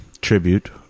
tribute